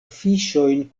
fiŝojn